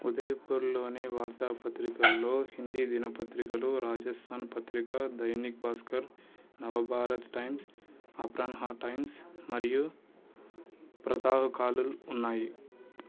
ఉదయపూర్లోని వార్తాపత్రికల్లో హిందీ దినపత్రికలు Rajasthan Patrika Dainik Bhaskar Navbharat Times Aparanha Times మరియు ప్రాతఃకాల్లు ఉన్నాయి